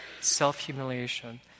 self-humiliation